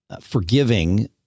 forgiving